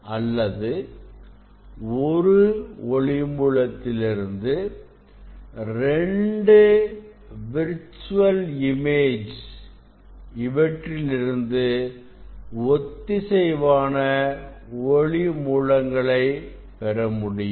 அல்லது ஒரு ஒளி மூலத்திலிருந்து 2 விர்ச்சுவல் இமேஜ் இவற்றிலிருந்து ஒத்திசைவான ஒளி மூலங்களை பெறமுடியும்